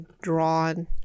drawn